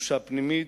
קדושה פנימית.